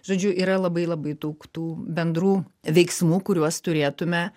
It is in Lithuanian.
žodžiu yra labai labai daug tų bendrų veiksmų kuriuos turėtume